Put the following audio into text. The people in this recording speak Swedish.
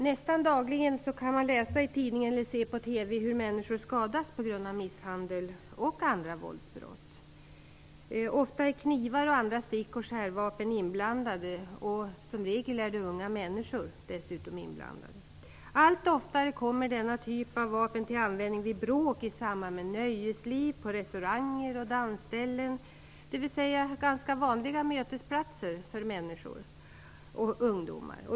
Nästan dagligen kan man läsa i tidningen eller se på TV hur människor skadas på grund av misshandel och andra våldsbrott. Ofta är knivar och andra stick och skärvapen inblandande, och som regel är dessutom unga människor inblandade. Allt oftare kommer denna typ av vapen till användning vid bråk i samband med nöjesliv, på restauranger och dansställen, dvs. ganska vanliga mötesplatser för människor, däribland ungdomar.